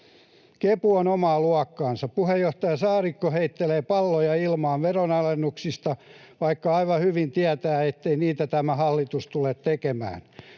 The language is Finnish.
Kepu on omaa luokkaansa. Puheenjohtaja Saarikko heittelee palloja ilmaan veronalennuksista, vaikka aivan hyvin tietää, ettei niitä tämä hallitus tule tekemään.